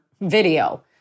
video